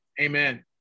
Amen